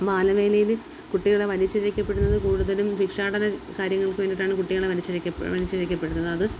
ബാലവേലയിൽ കുട്ടികളെ വലിച്ചിഴക്കപ്പെടുന്നത് കൂടുതലും ഭിക്ഷാടന കാര്യങ്ങൾക്ക് വേണ്ടിയിട്ടാണ് കുട്ടികളെ വലിച്ചിഴക്കപ്പെടുന്നത്